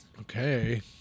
Okay